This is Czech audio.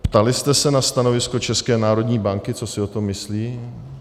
Ptali jste se na stanovisko České národní banky, co si o tom myslí.